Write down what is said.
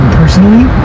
personally